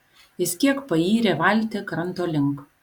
jis kiek payrė valtį kranto link